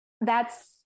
thats